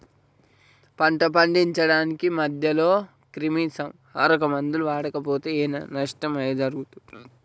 పంట పండించడానికి మధ్యలో క్రిమిసంహరక మందులు వాడకపోతే ఏం ఐనా నష్టం జరుగుతదా?